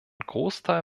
großteil